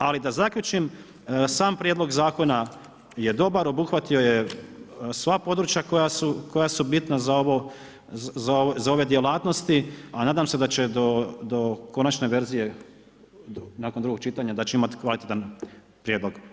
Ali da zaključim, sam prijedlog zakona je dobar, obuhvatio je sva područja koja su bitna za ove djelatnosti a nadam se da će do konačne verzije nakon drugog čitanja, da će imati kvalitetan prijedlog.